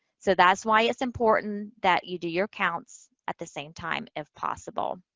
so, that's why it's important that you do your counts at the same time if possible.